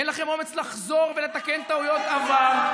אין לכם אומץ לחזור ולתקן טעויות עבר.